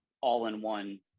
all-in-one